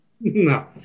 No